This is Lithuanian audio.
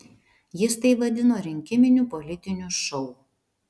jis tai vadino rinkiminiu politiniu šou